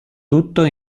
tutto